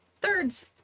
thirds